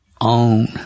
own